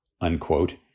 unquote